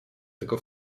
tego